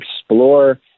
explore